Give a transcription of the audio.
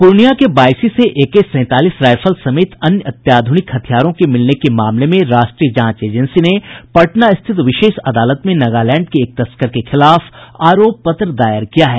प्रर्णिया के बायसी से एके सैंतालीस राइफल समेत अन्य अत्याध्रनिक हथियारों के मिलने के मामले में राष्ट्रीय जांच एजेंसी ने पटना स्थित विशेष अदालत में नगालैंड के एक तस्कर के खिलाफ आरोप पत्र दायर किया है